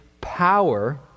power